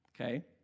okay